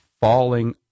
falling